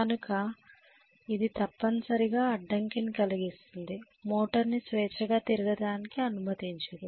కనుక ఇది తప్పనిసరిగా అడ్డంకిని కలిగిస్తోంది మోటార్ ని స్వేచ్ఛగా తిరగడానికి అనుమతించదు